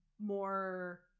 more